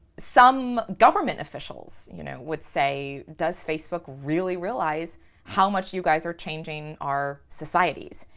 some government officials you know would say, does facebook really realize how much you guys are changing our societies?